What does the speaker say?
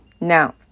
Now